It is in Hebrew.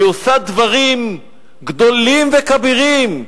והיא עושה דברים גדולים וכבירים,